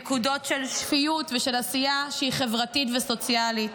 נקודות של שפיות ושל עשייה שהיא חברתית וסוציאלית.